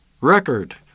record